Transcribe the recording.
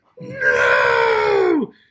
no